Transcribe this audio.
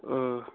ହୁଁ